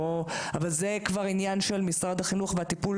אבל זה כבר עניין של משרד החינוך והטיפול